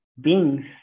beings